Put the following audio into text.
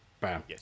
bam